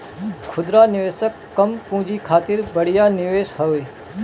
खुदरा निवेशक कम पूंजी खातिर बढ़िया निवेश हवे